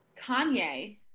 Kanye